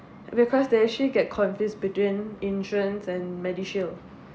because they actually get confused between insurance and MediShield